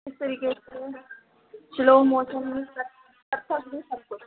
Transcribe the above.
किस तरीके से स्लो मोशन में कथक भी सब कुछ